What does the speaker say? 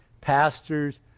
pastors